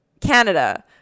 Canada